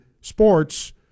sports